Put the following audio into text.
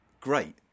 great